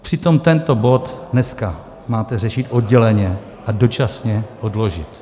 Přitom tento bod dnes máte řešit odděleně a dočasně odložit.